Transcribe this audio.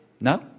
No